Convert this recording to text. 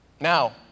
Now